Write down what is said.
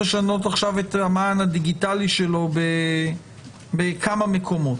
לשנות את המען הדיגיטלי שלו בכמה מקומות.